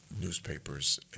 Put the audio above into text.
newspapers